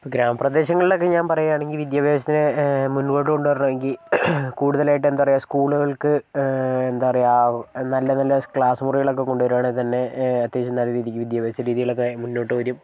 ഗ്രാമപ്രദേശങ്ങളിലൊക്കെ ഞാൻ പറയുക ആണെങ്കിൽ വിദ്യാഭ്യാസത്തിനെ മുൻപോട്ട് കൊണ്ടുവരണമെങ്കിൽ കുടുതലായിട്ട് എന്താ പറയാ സ്കൂളുകൾക്ക് എന്താ പറയാ നല്ല നല്ല ക്ലാസ്സ് മുറികളൊക്കെ കൊണ്ടു വരുവാണെങ്കിൽ തന്നെ അത്യാവശ്യം നല്ല രീതിക്ക് വിദ്യാഭ്യാസ രീതികളൊക്കെ മുന്നോട്ട് വരും